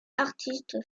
artistes